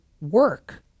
work